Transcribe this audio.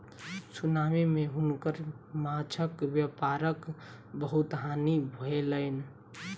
tsunami मे हुनकर माँछक व्यापारक बहुत हानि भेलैन